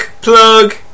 Plug